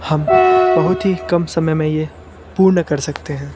हम बहुत ही कम समय में ये पूर्ण कर सकते हैं